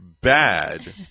bad